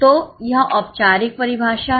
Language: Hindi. तो यह औपचारिक परिभाषा है